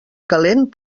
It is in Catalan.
calent